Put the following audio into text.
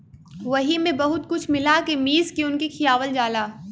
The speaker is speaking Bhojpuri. वही मे बहुत कुछ मिला के मीस के उनके खियावल जाला